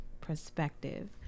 perspective